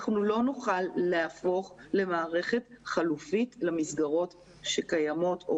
אנחנו לא נוכל להפוך למערכת חלופית למסגרות שקיימות או